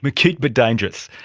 but cute but dangerous.